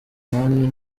inani